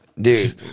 dude